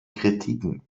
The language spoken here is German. kritiken